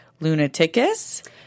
lunaticus